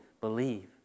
believe